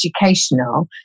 educational